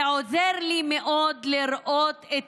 זה עוזר לי מאוד לראות את